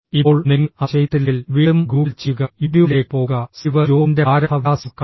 ഇപ്പോൾ നിങ്ങൾ അത് ചെയ്തിട്ടില്ലെങ്കിൽ വീണ്ടും ഗൂഗിൾ ചെയ്യുക യൂട്യൂബിലേക്ക് പോകുക സ്റ്റീവ് ജോബിന്റെ പ്രാരംഭ വിലാസം കാണുക